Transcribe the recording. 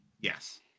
Yes